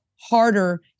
harder